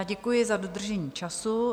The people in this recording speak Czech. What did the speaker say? Děkuji za dodržení času.